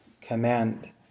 command